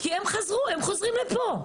כי הם חזרו, הם חוזרים לפה.